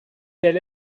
tel